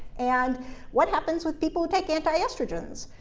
and what happens with people who take antiestrogens?